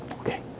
okay